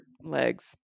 legs